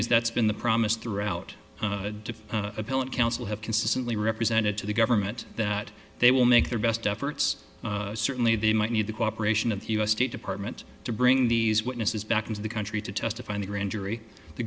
is that's been the promise throughout the appellate counsel have consistently represented to the government that they will make their best efforts certainly they might need the cooperation of the u s state department to bring these witnesses back into the country to testify in the grand jury the